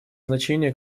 значение